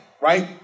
Right